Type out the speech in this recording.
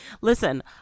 Listen